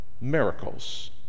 miracles